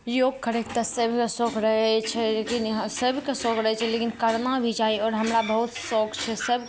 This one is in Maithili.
योग करैक तऽ सौख रहै छै लेकिन इहाँ सभके सौख रहै छै लेकिन करना भी चाही आओर हमरा बहुत सौख छै सभ